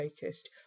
focused